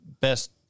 best